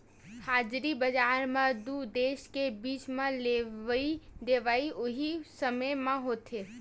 हाजिरी बजार म दू देस के बीच म लेवई देवई उहीं समे म होथे